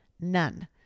None